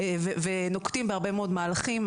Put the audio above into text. ונוקטים בהרבה מאוד מהלכים,